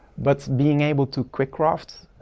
but being able to quick craft